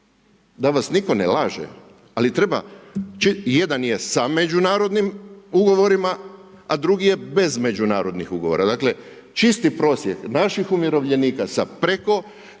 Da vas nitko ne laže. Ali treba, jedan je sa međunarodnim ugovorima, a drugi je bez međunarodnih ugovora. Dakle, čisti prosjek naših umirovljenika sa preko